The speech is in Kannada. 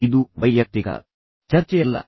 ಇದು ವೈಯಕ್ತಿಕ ಚರ್ಚೆಯಲ್ಲ